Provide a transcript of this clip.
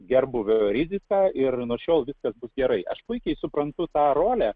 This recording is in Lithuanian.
gerbūvio riziką ir nuo šiol viskas bus gerai aš puikiai suprantu tą rolę